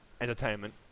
entertainment